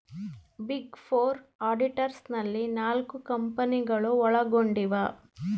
big four auditors ನಲ್ಲಿ ನಾಲ್ಕು ಕಂಪನಿಗಳು ಒಳಗೊಂಡಿವ